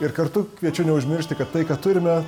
ir kartu kviečiu neužmiršti kad tai ką turime